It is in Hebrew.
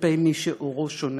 כלפי מי שעורו שונה,